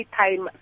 time